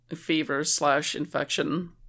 fever-slash-infection